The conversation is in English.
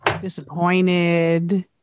Disappointed